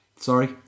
Sorry